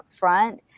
upfront